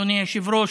אדוני היושב-ראש,